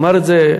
אמר את זה,